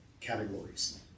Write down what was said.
categories